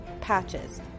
patches